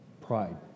Pride